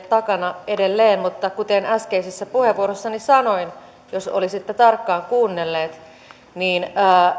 takana edelleen mutta kuten äskeisessä puheenvuorossani sanoin jos olisitte tarkkaan kuunnellut niin